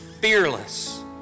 fearless